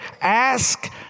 Ask